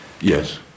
Yes